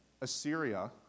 Assyria